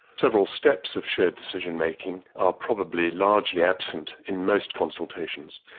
several steps of shared decision making are probably largely absent in most consultations.